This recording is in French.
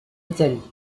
italie